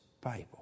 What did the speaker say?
Bible